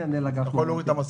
בבקשה.